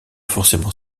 forcément